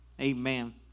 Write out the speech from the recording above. amen